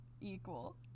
equal